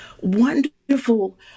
wonderful